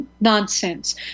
nonsense